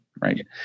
right